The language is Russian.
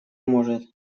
может